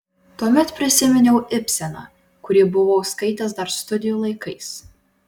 tuomet prisiminiau ibseną kurį buvau skaitęs dar studijų laikais